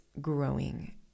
growing